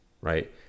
right